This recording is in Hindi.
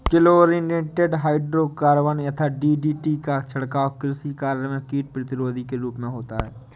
क्लोरिनेटेड हाइड्रोकार्बन यथा डी.डी.टी का छिड़काव कृषि कार्य में कीट प्रतिरोधी के रूप में होता है